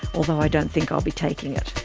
although i don't think i'll be taking it.